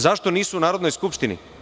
Zašto nisu u Narodnoj skupštini?